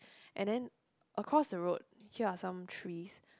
and then across the road here are some trees